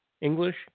English